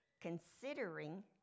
Considering